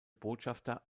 botschafter